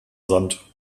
sand